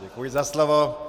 Děkuji za slovo.